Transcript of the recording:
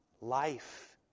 Life